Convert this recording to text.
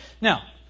Now